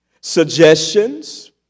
suggestions